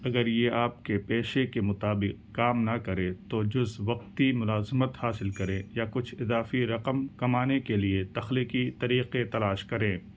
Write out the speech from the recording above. اگر یہ آپ کے پیشے کے مطابق کام نہ کرے تو جز وقتی ملازمت حاصل کرے یا کچھ اضافی رقم کمانے کے لیے تخلیقی طریقے تلاش کریں